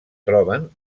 troben